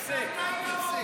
תפסיק, תפסיק, תפסיק.